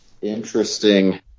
interesting